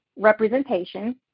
representation